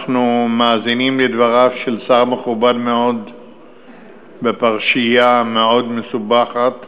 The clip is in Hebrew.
אנחנו מאזינים לדבריו של שר מכובד מאוד בפרשייה מאוד מסובכת,